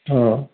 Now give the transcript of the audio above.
ହଁ